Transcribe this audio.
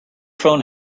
phone